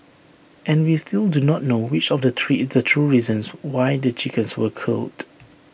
and we still do not know which of the three is the true reasons why the chickens were culled